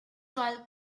royal